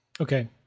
Okay